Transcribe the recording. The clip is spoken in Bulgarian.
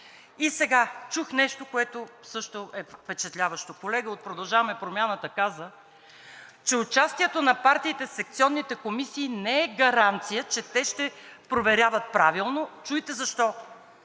И сега чух нещо, което също е впечатляващо. Колега от „Продължаваме Промяната“ каза, че участието на партиите в секционните комисии не е гаранция, че те ще проверяват правилно – чуйте защо